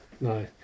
No